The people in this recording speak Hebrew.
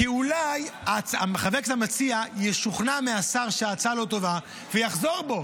כי אולי חבר הכנסת המציע ישוכנע מהשר שההצעה לא טובה ויחזור בו.